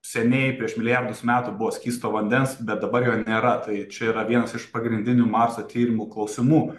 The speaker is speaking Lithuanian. seniai prieš milijardus metų buvo skysto vandens bet dabar jo nėra tai čia yra vienas iš pagrindinių marso tyrimų klausimų